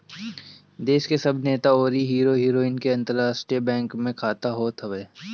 देस के सब नेता अउरी हीरो हीरोइन के अंतरराष्ट्रीय बैंक में खाता होत हअ